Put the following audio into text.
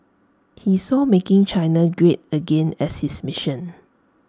he saw making China great again as his mission